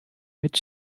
mit